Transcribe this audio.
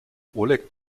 oleg